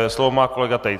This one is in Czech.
Slovo má kolega Tejc.